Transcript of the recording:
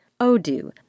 Odoo